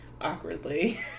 awkwardly